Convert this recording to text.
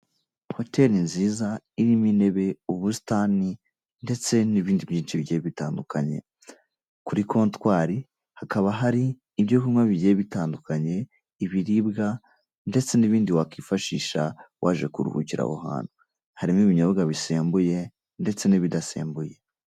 Hoteri nziza irimo intebe, ubusitani ndetse n'ibindi byinshi bigiye bitandukanye, kuri kontwari hakaba hari ibyo kunywa bigiye bitandukanye, ibiribwa ndetse n'ibindi wakwifashisha waje kuruhukira aho hantu, harimo ibinyobwa bisembuye, ndetse n'ibidasembuye.